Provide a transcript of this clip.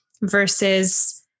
versus